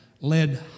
led